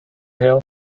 her